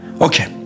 Okay